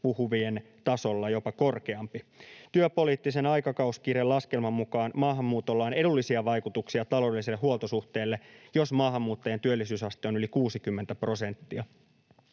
puhuvien tasolla, jopa korkeampi. Työpoliittisen aikakauskirjan laskelman mukaan maahanmuutolla on edullisia vaikutuksia taloudelliselle huoltosuhteelle, jos maahanmuuttajien työllisyysaste on yli 60 prosenttia.